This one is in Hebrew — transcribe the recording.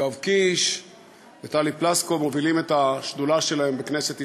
יואב קיש וטלי פלוסקוב מובילים את השדולה שלהם בכנסת ישראל.